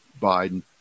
biden